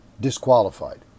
disqualified